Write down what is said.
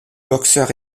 boxeur